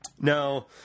now